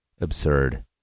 absurd